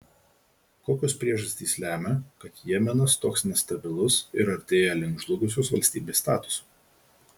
kokios priežastys lemia kad jemenas toks nestabilus ir artėja link žlugusios valstybės statuso